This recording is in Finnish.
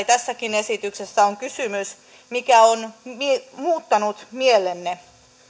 tässäkin esityksessä on kysymys mikä on muuttanut mielenne